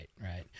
Right